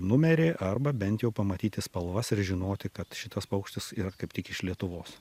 numerį arba bent jau pamatyti spalvas ir žinoti kad šitas paukštis yra kaip tik iš lietuvos